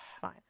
fine